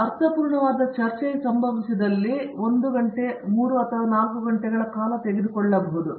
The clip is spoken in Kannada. ಆ ಅರ್ಥಪೂರ್ಣವಾದ ಚರ್ಚೆಯು ಸಂಭವಿಸಿದಲ್ಲಿ 1 ಗಂಟೆಯ 3 ಅಥವಾ 4 ಗಂಟೆಗಳ ಕಾಲವನ್ನು ತೆಗೆದುಕೊಳ್ಳುತ್ತದೆ